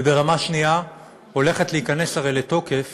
וברמה השנייה, הולכת להיכנס הרי לתוקף